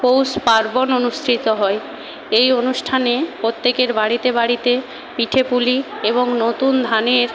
পৌষ পার্বণ অনুষ্ঠিত হয় এই অনুষ্ঠানে প্রত্যেকের বাড়িতে বাড়িতে পিঠে পুলি এবং নতুন ধানের